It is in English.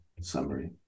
summary